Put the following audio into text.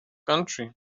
country